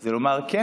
זה לומר: כן,